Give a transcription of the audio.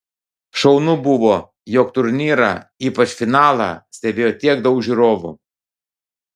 šaunu buvo jog turnyrą ypač finalą stebėjo tiek daug žiūrovų